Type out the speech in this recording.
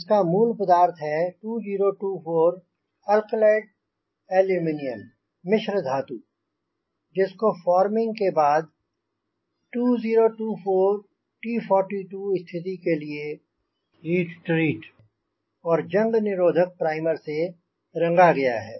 इसका मूल पदार्थ है 2024 अलकलड ऐल्यूमिनीयम मिश्र धातु है जिसको फ़ॉर्मिंग के बाद 2024 T 42 स्थिति के लिए हीट ट्रीट किया गया है और जंग निरोधक प्राइमर से रंगा गया है